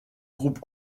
groupe